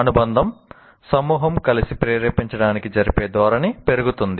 అనుబంధ సమూహం కలిసి ప్రేరేపించడానికి జరిపే ధోరణి పెరుగుతుంది